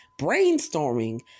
brainstorming